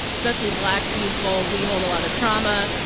especially black people. we hold a lot of trauma.